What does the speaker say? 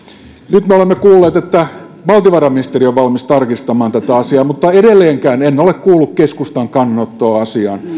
nyt me olemme kuulleet että valtiovarainministeriö on valmis tarkistamaan tätä asiaa mutta edelleenkään en ole kuullut keskustan kannanottoa asiaan